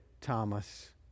Thomas